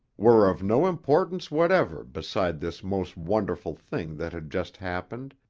were of no importance whatever beside this most wonderful thing that had just happened,